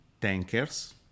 tankers